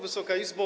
Wysoka Izbo!